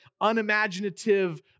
unimaginative